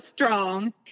strong